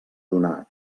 donar